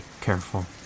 careful